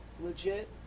Legit